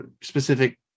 specific